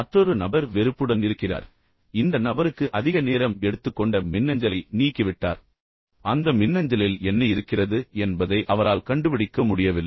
மற்றொரு நபர் வெறுப்புடன் இருக்கிறார் இந்த நபருக்கு அதிக நேரம் எடுத்துக்கொண்ட மின்னஞ்சலை நீக்கிவிட்டார் மேலும் அந்த மின்னஞ்சலில் என்ன இருக்கிறது என்பதை அவரால் கண்டுபிடிக்க முடியவில்லை